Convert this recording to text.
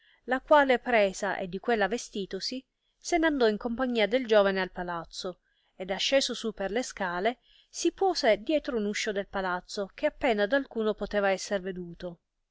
la quale presa e di quella vestitosi se n'andò in compagnia del giovene al palazzo ed asceso su per le scale si puose dietro un uscio del palazzo che appena d alcuno poteva esser veduto